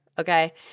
Okay